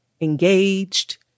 engaged